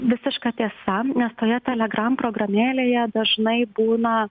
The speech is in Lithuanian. visiška tiesa nes toje telegram programėlėje dažnai būna